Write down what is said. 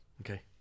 Okay